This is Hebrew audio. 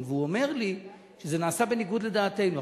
והוא אומר לי: זה נעשה בניגוד לדעתנו.